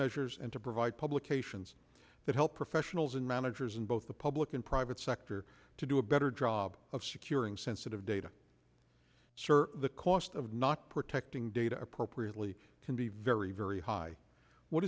measures and to provide publications that help professionals and managers in both the public and private sector to do a better job of securing sensitive data sir the cost of not protecting data appropriately can be very very high what